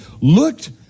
looked